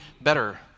better